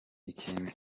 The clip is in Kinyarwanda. ikintu